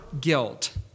guilt